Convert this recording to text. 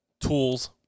tools